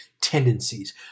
tendencies